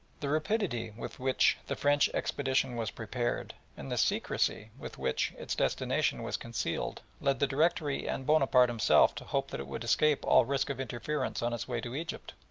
the rapidity with which the french expedition was prepared, and the secrecy with which its destination was concealed, led the directory and bonaparte himself to hope that it would escape all risk of interference on its way to egypt.